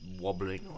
wobbling